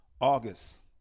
August